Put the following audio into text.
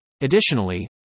Additionally